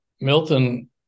Milton